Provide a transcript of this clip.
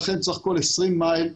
לכן צריך כל 20 מייל,